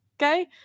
okay